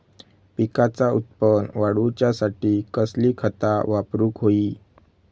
पिकाचा उत्पन वाढवूच्यासाठी कसली खता वापरूक होई?